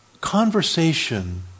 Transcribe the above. conversation